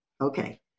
Okay